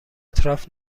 اطراف